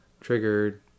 triggered